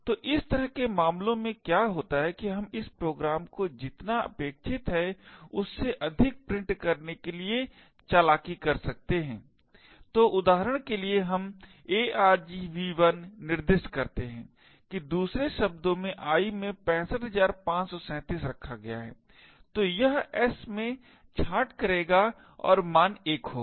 तो इस तरह के मामलों में क्या होता है कि हम इस प्रोग्राम को जितना अपेक्षित है उससे अधिक प्रिंट करने के लिए चालाकी कर सकते हैं तो उदाहरण के लिए हम यह argv1 निर्दिष्ट करते हैं कि दूसरे शब्दों में i में 65537 रखा गया है तो यह s में छांट करेगा और मान 1 होगा